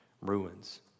ruins